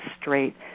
straight